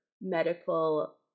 medical